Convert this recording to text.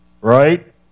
right